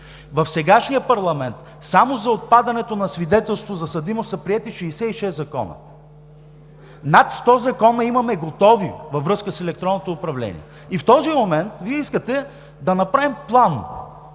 В сегашния парламент само за отпадането на свидетелството за съдимост са приети 66 закона! Над 100 закона имаме готови във връзка с електронното управление. И в този момент Вие искате да направим план?!